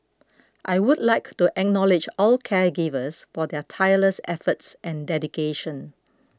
I would like to acknowledge all caregivers for their tireless efforts and dedication